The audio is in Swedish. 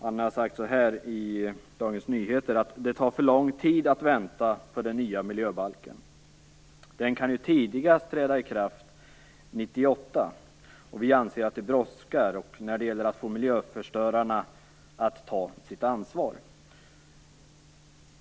Han har sagt så här i Dagens Nyheter: "Det tar för lång tid att vänta på den nya miljöbalken. Den kan ju tidigast träda i kraft 1998, och vi anser att det brådskar när det gäller att få miljöförstörarna att ta sitt ansvar."